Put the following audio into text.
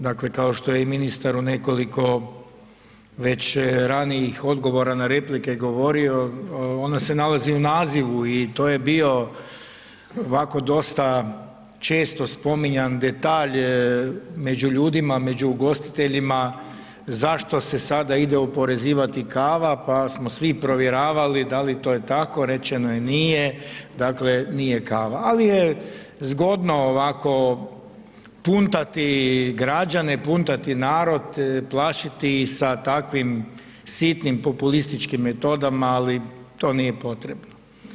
Dakle, kao što je i ministar u nekoliko već ranijih odgovora na replike govorio ona se nalazi u nazivu i to je bio ovako dosta često spominjan detalj među ljudima, među ugostiteljima zašto se sada ide oporezivati kava pa smo svi provjeravali da li to je tako, rečeno je nije, dakle nije kava, ali je zgodno ovako puntati građane, puntati narod, plašiti ih sa takvim sitnim populističkim metodama, ali to nije potrebno.